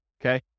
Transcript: okay